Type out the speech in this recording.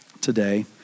today